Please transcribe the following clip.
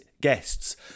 guests